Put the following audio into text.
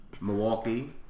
Milwaukee